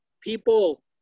people